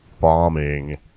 bombing